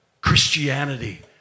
Christianity